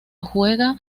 juega